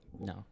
No